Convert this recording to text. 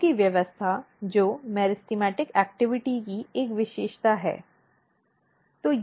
अंगों की व्यवस्था जो मेरिस्टेमेटिक गतिविधि की एक विशेषता है